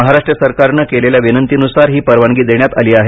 महाराष्ट्र सरकारन केलेल्या विनंतीनुसार ही परवानगी देण्यात आली आहे